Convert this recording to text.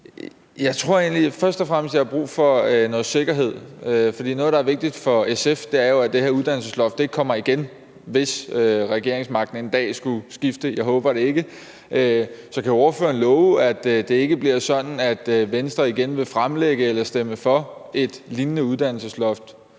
jeg først og fremmest har brug for noget sikkerhed, for noget, der er vigtigt for SF, er jo, at det her uddannelsesloft ikke kommer igen, hvis regeringsmagten en dag skulle skifte, hvilket jeg ikke håber. Så kan ordføreren love, at det ikke bliver sådan, at Venstre igen vil fremsætte eller stemme for et forslag om et lignende uddannelsesloft?